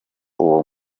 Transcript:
uwo